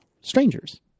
strangers